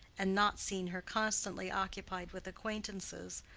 and not seen her constantly occupied with acquaintances,